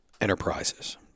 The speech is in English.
enterprises